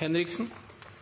statsråden med